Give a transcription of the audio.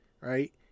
right